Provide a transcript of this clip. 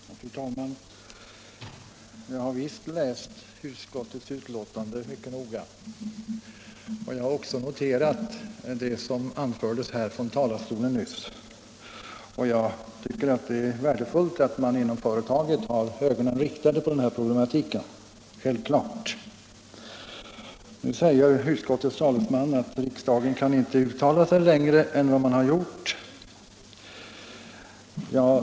Fru talman! Jag har visst läst utskottets betänkande mycket noga, och jag har också noterat det som anfördes från talarstolen nyss. Jag tycker självfallet att det är värdefullt att man inom företaget har ögonen riktade på den här problematiken. Nu säger utskottets talesman att riksdagen inte kan uttala sig längre än utskottet föreslagit.